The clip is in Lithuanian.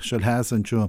šalia esančių